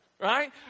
right